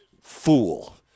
fool